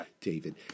David